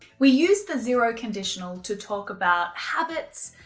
we use the zero conditional to talk about habits,